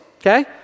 okay